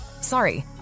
sorry